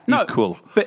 Equal